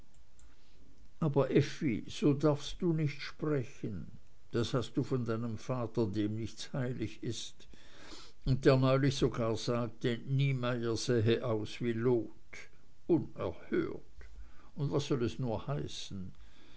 aber effi so darfst du nicht sprechen das hast du von deinem vater dem nichts heilig ist und der neulich sogar sagte niemeyer sähe aus wie lot unerhört und was soll es nur heißen